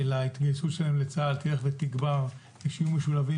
ההתגייסות שלהם לצה"ל תלך ותגבר ושיהיו משולבים